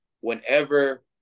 whenever